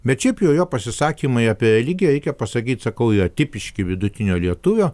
bet šiaip jau jo pasisakymai apie religiją reikia pasakyt sakau yra tipiški vidutinio lietuvio